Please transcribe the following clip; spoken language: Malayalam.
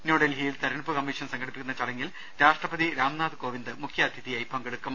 ന്യൂഡൽഹിയിൽ തെര ഞ്ഞെടുപ്പ് കമ്മീഷൻ സംഘടിപ്പിക്കുന്ന ചടങ്ങിൽ രാഷ്ട്രപതി രാംനാഥ് കോവിന്ദ് മുഖ്യാതിഥിയായി പങ്കെടുക്കും